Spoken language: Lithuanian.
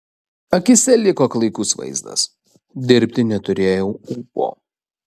akyse liko klaikus vaizdas dirbti neturėjau ūpo